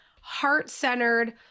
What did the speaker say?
heart-centered